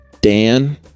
Dan